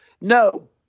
No